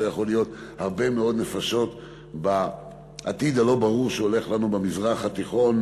פה יכולות להיות הרבה מאוד נפשות בעתיד הלא-ברור שהולך לנו במזרח התיכון